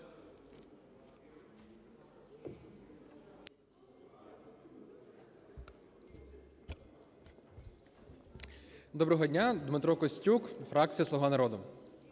Доброго дня! Дмитро Костюк, фракція "Слуга народу".